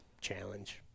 challenge